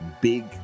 big